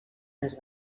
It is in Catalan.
les